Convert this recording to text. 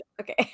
Okay